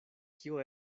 kio